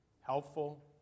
helpful